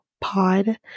pod